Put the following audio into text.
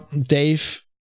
Dave